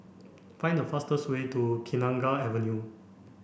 find the fastest way to Kenanga Avenue